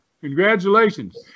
Congratulations